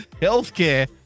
Healthcare